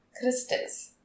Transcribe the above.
crystals